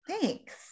Thanks